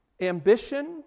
ambition